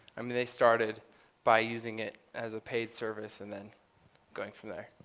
i mean they started by using it as a paid service and then going from there,